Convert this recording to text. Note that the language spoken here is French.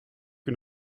une